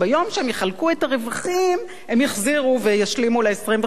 יחלקו את הרווחים הם יחזירו וישלימו ל-25%.